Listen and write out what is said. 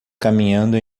caminhando